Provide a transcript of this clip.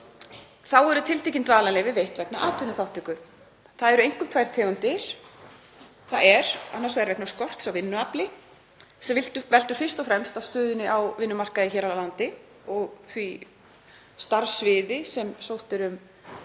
Þá eru tiltekin dvalarleyfi veitt vegna atvinnuþátttöku. Það eru einkum tvær tegundir; annars vegar vegna skorts á vinnuafli sem veltur fyrst og fremst á stöðunni á vinnumarkaði hér á landi og því starfssviði sem